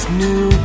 new